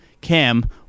Cam